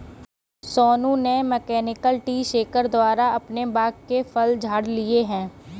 सोनू ने mechanical tree shaker द्वारा अपने बाग के फल झाड़ लिए है